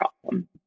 problem